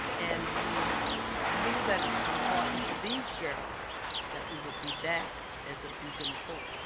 and we knew that it was important for these girls that we would be back as a beacon of hope.